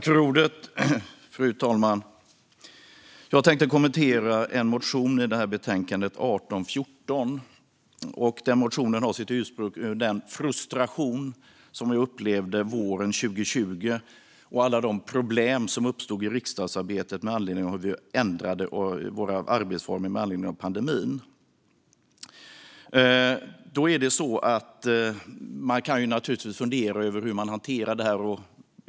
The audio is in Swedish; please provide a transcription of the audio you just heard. Fru talman! Jag tänkte kommentera motion 1814 i betänkandet. Motionen har sitt ursprung i den frustration som jag upplevde under våren 2020 med alla de problem som uppstod i riksdagsarbetet med anledning av att vi ändrade arbetsformerna på grund av pandemin. Man kan naturligtvis fundera över hur man hanterar det här.